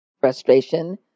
frustration